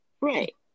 Right